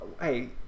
hey